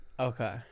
Okay